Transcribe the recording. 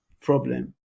problem